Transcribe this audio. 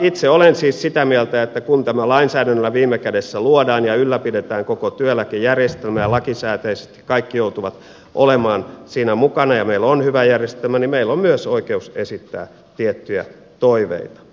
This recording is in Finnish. itse olen siis sitä mieltä että kun lainsäädännöllä viime kädessä luodaan ja ylläpidetään koko työeläkejärjestelmää ja lakisääteisesti kaikki joutuvat olemaan siinä mukana ja meillä on hyvä järjestelmä niin meillä on myös oikeus esittää tiettyjä toiveita